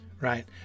right